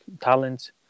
talent